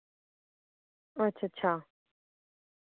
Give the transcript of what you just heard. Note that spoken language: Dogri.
अच्छा अच्छा